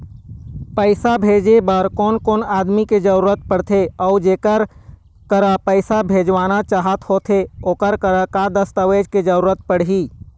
पैसा भेजे बार कोन कोन आदमी के जरूरत पड़ते अऊ जेकर करा पैसा भेजवाना चाहत होथे ओकर का का दस्तावेज के जरूरत पड़ही?